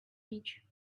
beach